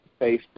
Facebook